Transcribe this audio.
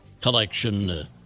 collection